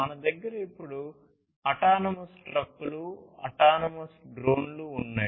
మన దగ్గర ఇప్పుడు అటానమస్ ట్రక్కులు అటానమస్ డ్రోన్లు ఉన్నాయి